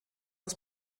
aus